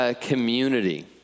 community